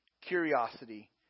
curiosity